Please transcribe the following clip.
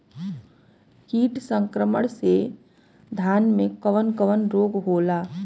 कीट संक्रमण से धान में कवन कवन रोग होला?